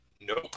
Nope